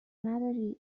نداری